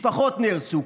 משפחות נהרסו,